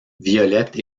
violette